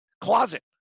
closet